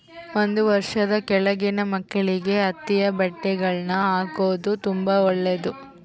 ಒಂದು ವರ್ಷದ ಕೆಳಗಿನ ಮಕ್ಕಳಿಗೆ ಹತ್ತಿಯ ಬಟ್ಟೆಗಳ್ನ ಹಾಕೊದು ತುಂಬಾ ಒಳ್ಳೆದು